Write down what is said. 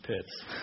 pits